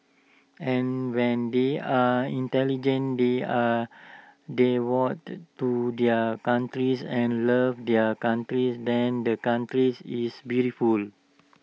and when they are intelligent they are devoted to their countries and love their countries then the countries is beautiful